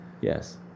Yes